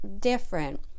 different